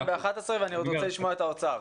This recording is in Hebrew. ב-11:00 ואני עוד רוצה לשמוע את האוצר.